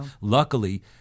Luckily